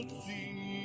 see